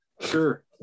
Sure